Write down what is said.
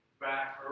Back